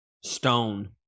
Stone